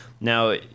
Now